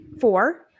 four